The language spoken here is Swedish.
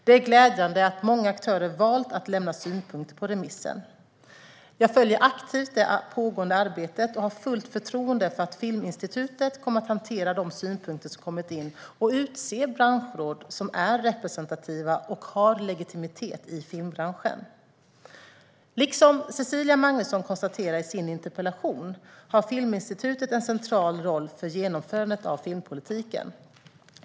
Det är glädjande att många aktörer valt att lämna synpunkter på det remitterade förslaget. Jag följer aktivt det pågående arbetet och har fullt förtroende för att Filminstitutet kommer att hantera de synpunkter som kommit in och utse branschråd som är representativa och har legitimitet i filmbranschen. Liksom Cecilia Magnusson konstaterar i sin interpellation har Filminstitutet en central roll för genomförandet av filmpolitiken.